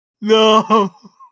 No